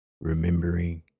remembering